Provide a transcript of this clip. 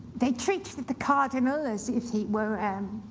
they treated the cardinal as if he were an.